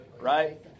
Right